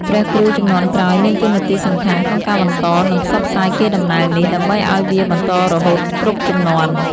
ព្រះគ្រូជំនាន់ក្រោយមានតួនាទីសំខាន់ក្នុងការបន្ត និងផ្សព្វផ្សាយកេរដំណែលនេះ ដើម្បីឲ្យវាបន្តរហូតគ្រប់ជំនាន់។